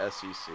SEC